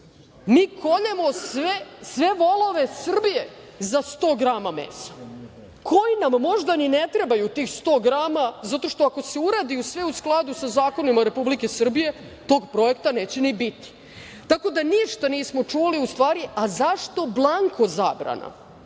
mi koljemo sve volove Srbije za 100 grama mesa koji nam možda i ne trebaju, tih 100 grama, zato što ako se uradi sve u skladu sa zakonima Republike Srbije tog projekta neće ni biti. Tako da, ništa nismo čuli, u stvari.A, zašto blanko zabrana